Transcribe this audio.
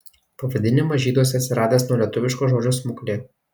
pavadinimas žyduose atsiradęs nuo lietuviško žodžio smuklė